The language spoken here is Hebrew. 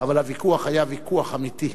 אבל הוויכוח היה ויכוח אמיתי.